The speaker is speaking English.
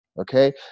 okay